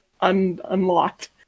unlocked